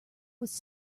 was